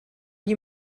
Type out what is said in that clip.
you